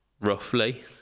roughly